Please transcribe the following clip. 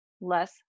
less